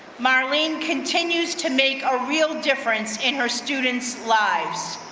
marlene continues to make a real difference in her students' lives.